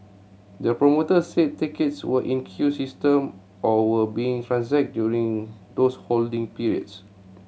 the promoter said tickets were in queue system or were being transacted during those holding periods